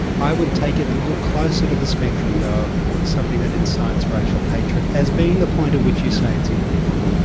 i would take it a little closer to the spectrum though of something that incites racial hatred as being the point at which you say it's illegal.